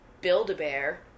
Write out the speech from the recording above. Build-A-Bear